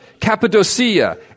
Cappadocia